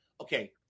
Okay